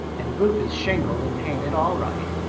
and the roof is shingled and painted all right.